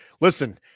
listen